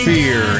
Fear